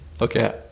okay